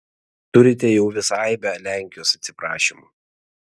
turite jau visą aibę lenkijos atsiprašymų